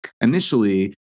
initially